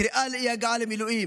קריאה לאי-הגעה למילואים